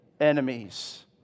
enemies